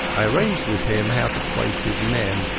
i arranged with him how to place his men,